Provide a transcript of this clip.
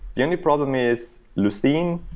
the only problem is lucene,